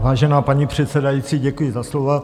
Vážená paní předsedající, děkuji za slovo.